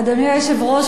אדוני היושב-ראש,